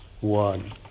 one